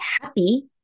happy